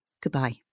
Goodbye